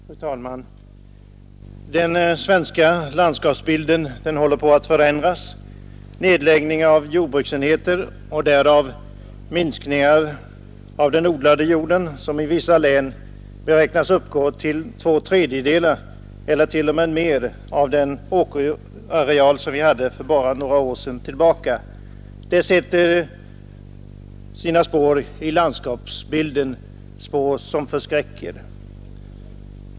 Fru talman! Den svenska landskapsbilden håller på att förändras. Nedläggningar av jordbruksenheter och därav minskning av den odlade jorden, som i vissa län beräknas uppgå till två tredjedelar eller t.o.m. mer av den areal som vi hade för bara några år sedan, sätter sina spår i landskapsbilden, spår som förskräcker.